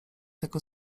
tego